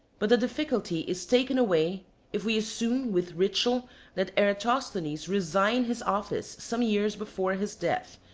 but the difficulty is taken away if we assume with ritschl that eratosthenes resigned his office some years before his death,